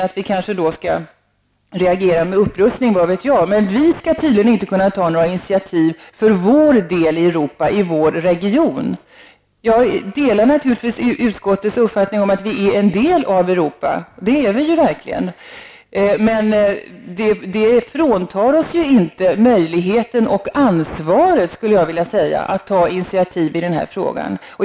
Möjligen skall vi reagera med upprustning, vad vet jag. Men vi skall tydligen inte kunna ta några initiativ för vår del av Europa och vår region. Jag delar naturligtvis utskottets uppfattning om att vi är en del av Europa; det är vi ju verkligen. Men det fråntar oss ju inte möjligheten och ansvaret att ta initiativ i den här frågan.